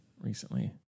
recently